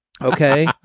Okay